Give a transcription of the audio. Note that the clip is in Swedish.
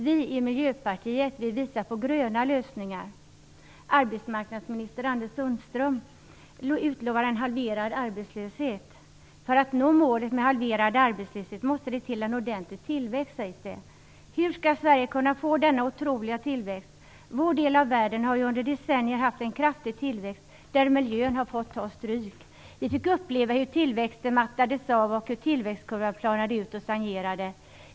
Vi i Miljöpartiet vill visa på gröna lösningar. Arbetsmarknadsminister Anders Sundström utlovar en halverad arbetslöshet. För att nå målet med halverad arbetslöshet måste det till en ordentlig tillväxt, sägs det. Hur skall Sverige kunna få denna otroliga tillväxt? Vår del av världen har ju under decennier haft en kraftig tillväxt, där miljön har fått ta stryk. Vi fick uppleva hur tillväxten mattades av och hur tillväxtkurvan planades ut och stagnerade.